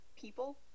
people